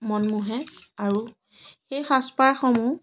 মন মোহে আৰু সেই সাজপাৰসমূহ